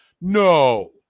No